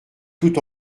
tout